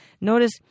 Notice